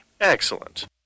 Excellent